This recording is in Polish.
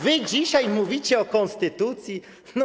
Wy dzisiaj mówicie o konstytucji?